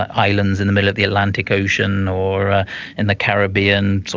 ah islands in the middle of the atlantic ocean or in the caribbean,